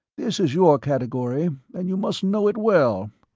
this is your category and you must know it well.